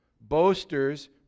boasters